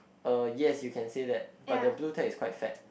uh yes you can say that but the blue tag is quite fat